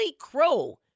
crow